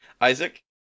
Isaac